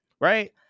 Right